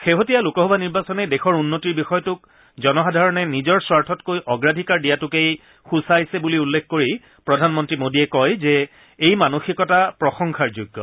শেহতীয়া লোকসভা নিৰ্বাচনে দেশৰ উন্নতিৰ বিষয়টোক জনসাধাৰণে নিজৰ স্বাৰ্থতকৈ অগ্ৰাধিকাৰ দিয়াটোকেই সূচাইছে বুলি উল্লেখ কৰি প্ৰধানমন্ত্ৰী মোডীয়ে কয় যে এই মানসিকতা প্ৰশংসাৰ যোগ্য